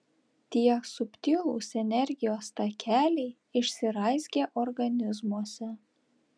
tie subtilūs energijos takeliai išsiraizgę organizmuose